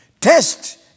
Test